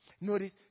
Notice